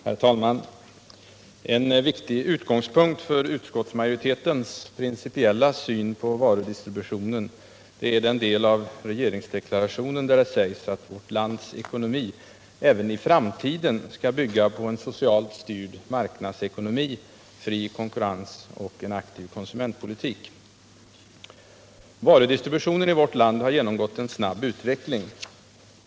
Herr talman! En viktig utgångspunkt för utskottsmajoritetens principiella syn på varudistributionen är den del av regeringsdeklarationen där det sägs att vårt lands ekonomi även i framtiden skall bygga på en socialt styrd marknadsekonomi, fri konkurrens och en aktiv konsumentpolitik. Varudistributionen i vårt land har genomgått en snabb utveckling.